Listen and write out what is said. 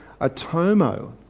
atomo